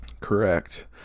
Correct